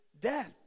death